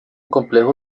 complejo